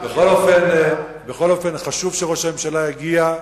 בכל אופן, חשוב שראש הממשלה יגיע,